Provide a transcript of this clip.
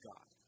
God